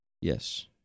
Yes